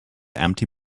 empty